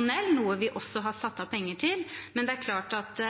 noe vi også har satt av penger til. Det er klart at